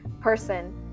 person